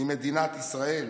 היא מדינת ישראל,